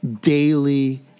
daily